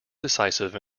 decisive